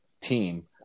team